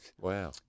Wow